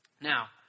Now